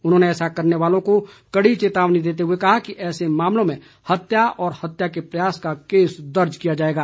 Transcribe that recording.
उन्होंने ऐसे करने वालों को कड़ी चेतावनी देते हुए कहा कि ऐसे मामलों में हत्या और हत्या के प्रयास का केस दर्ज किया जाएगा